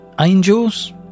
Angels